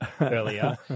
earlier